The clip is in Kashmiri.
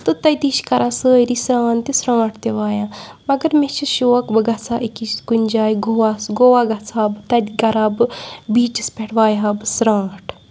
تہٕ تٔتی چھِ کَران سٲری سرٛان تہِ ژھرٛانٛٹھ تہِ وایان مگر مےٚ چھِ شوق بہٕ گژھٕ ہا أکِس کُنہِ جاے گوواہَس گوا گژھٕ ہا بہٕ تَتہِ کَرٕ ہا بہٕ بیٖچَس پٮ۪ٹھ وایہِ ہا بہٕ ژھرٛانٛٹھ